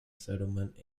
settlement